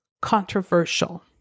controversial